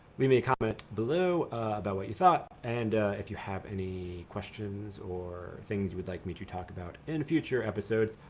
leave me a comment below about what you thought and if you have any questions or things you'd like me to talk about in future episodes.